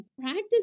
practice